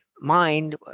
mind